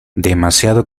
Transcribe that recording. demasiado